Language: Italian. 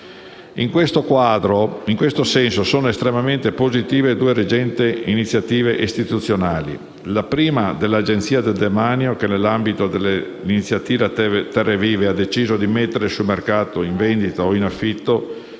In questo senso, sono estremamente positive due recenti iniziative istituzionali. La prima è dell'Agenzia del demanio che, nell'ambito dell'iniziativa Terrevive, ha deciso di mettere sul mercato, in vendita o in affitto,